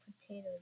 potatoes